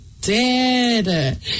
Dead